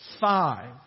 Five